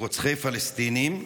רוצחי פלסטינים,